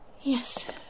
Yes